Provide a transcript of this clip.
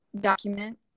document